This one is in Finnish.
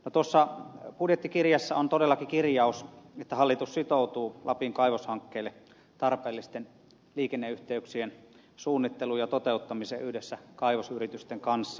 tuossa budjettikirjassa on todellakin kirjaus että hallitus sitoutuu lapin kaivoshankkeille tarpeellisten liikenneyhteyksien suunnitteluun ja toteuttamiseen yhdessä kaivosyritysten kanssa